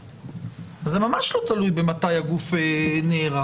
זה ממש לא תלוי במתי הגוף נערך.